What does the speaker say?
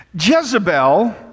Jezebel